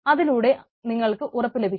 അതിലൂടെ നിങ്ങൾക്ക് ഉറപ്പ് ലഭിക്കും